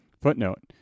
Footnote